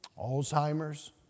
Alzheimer's